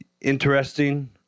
Interesting